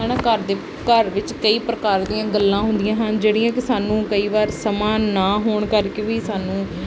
ਹੈ ਨਾ ਘਰ ਦੇ ਘਰ ਵਿੱਚ ਕਈ ਪ੍ਰਕਾਰ ਦੀਆਂ ਗੱਲਾਂ ਹੁੰਦੀਆਂ ਹਨ ਜਿਹੜੀਆਂ ਕਿ ਸਾਨੂੰ ਕਈ ਵਾਰ ਸਮਾਂ ਨਾ ਹੋਣ ਕਰਕੇ ਵੀ ਸਾਨੂੰ